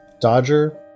Dodger